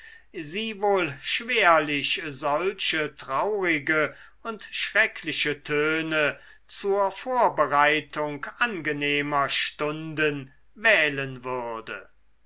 sie wohl schwerlich solche traurige und schreckliche töne zur vorbereitung angenehmer stunden wählen würde